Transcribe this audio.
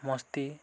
ମସ୍ତି